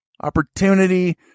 opportunity